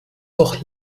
doch